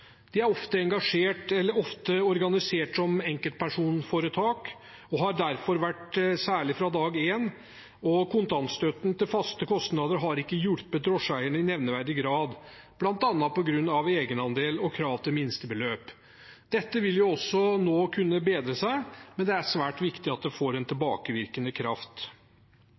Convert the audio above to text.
De er ofte organisert som enkeltpersonforetak, fra dag én, og kontantstøtten til faste kostnader har ikke hjulpet drosjeeierne i nevneverdig grad, bl.a. på grunn av egenandel og krav til minstebeløp. Dette vil også kunne bedre seg nå, men det er svært viktig at det får en tilbakevirkende kraft.